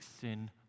sin